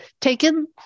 taken